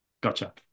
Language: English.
Gotcha